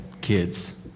kids